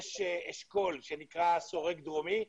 יש אשכול שנקרא שורק דרומי,